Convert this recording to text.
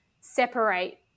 separate